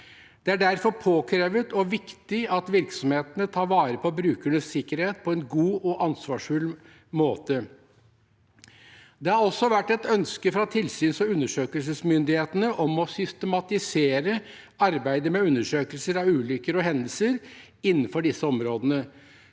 Det er derfor påkrevd og viktig at virksomhetene tar vare på brukernes sikkerhet på en god og ansvarsfull måte. Det har også vært et ønske fra tilsyns- og undersøkelsesmyndighetene om å systematisere arbeidet med undersøkelser av ulykker og hendelser innenfor disse områdene.